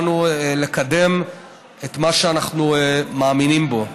באנו לקדם את מה שאנחנו מאמינים בו.